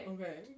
Okay